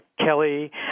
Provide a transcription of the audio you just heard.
Kelly